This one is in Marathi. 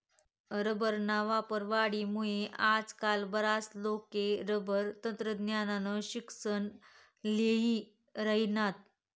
रबरना वापर वाढामुये आजकाल बराच लोके रबर तंत्रज्ञाननं शिक्सन ल्ही राहिनात